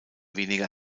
weniger